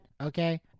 okay